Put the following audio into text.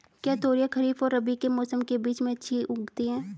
क्या तोरियां खरीफ और रबी के मौसम के बीच में अच्छी उगती हैं?